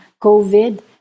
COVID